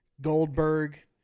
Goldberg